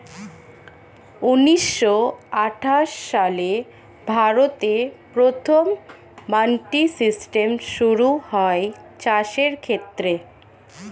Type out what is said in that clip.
ঊন্নিশো আটাশ সালে ভারতে প্রথম মান্ডি সিস্টেম শুরু হয় চাষের ক্ষেত্রে